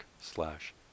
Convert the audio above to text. slash